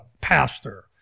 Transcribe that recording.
pastor